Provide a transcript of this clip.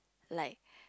like